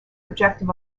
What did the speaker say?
objective